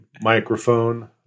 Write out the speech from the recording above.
microphone